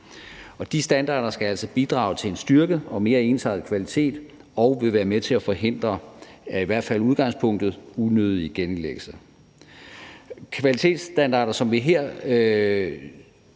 de standarder skal altså bidrage til en styrket og mere ensartet kvalitet og vil være med til at forhindre, i hvert fald i udgangspunktet, unødige genindlæggelser. Kvalitetsstandarder, som vi her